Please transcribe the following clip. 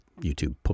YouTube